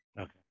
Okay